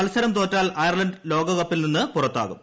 മത്സരം തോറ്റാൽ അയർലന്റ് ലോകകപ്പിൽ നിന്ന് പുറത്താകും